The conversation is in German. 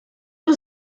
uns